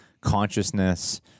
consciousness